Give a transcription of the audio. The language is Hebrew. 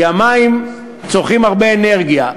כי המים צורכים הרבה אנרגיה.